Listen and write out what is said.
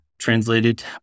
translated